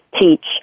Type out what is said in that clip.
teach